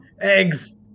Eggs